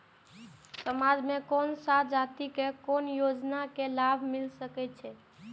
समाज में कोन सा जाति के कोन योजना के लाभ मिल सके छै?